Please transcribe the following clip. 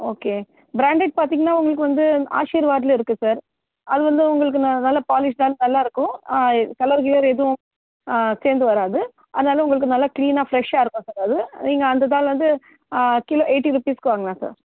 okay branded பார்த்திங்கன்னா உங்களுக்கு வந்து ஆசீர்வாத்தில் இருக்கு சார் அது வந்து உங்களுக்கு நல்ல நல்ல பாலிஷ்டு நல்லாருக்கும் கலர் கிலர் எதுவும் சேர்ந்துவராது அதனால் உங்களுக்கு நல்லா க்ளீனாக ஃப்ரெஷாக இருக்கும் சார் அது நீங்கள் அந்த தால் வந்து கிலோ எயிட்டி ருபீஸ்கு வாங்கலாம் சார்